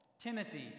Timothy